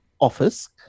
office